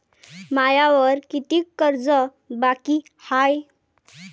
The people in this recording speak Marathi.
मायावर कितीक कर्ज बाकी हाय?